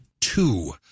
two